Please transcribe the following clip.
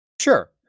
Sure